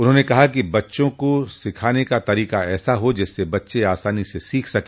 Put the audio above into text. उन्होंने कहा कि बच्चों को सीखने का तरीका ऐसा हो जिससे बच्चे आसानी से सीख सके